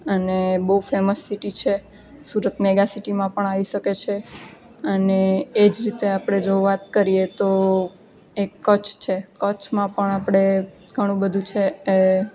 અને બહુ famous city છે સુરત મેગા સિટીમાં પણ આવી શકે છે અને એ જ રીતે આપણે જો વાત કરીએ તો એક કચ્છ છે કચ્છમાં પણ આપણે ઘણું બધુ છે એ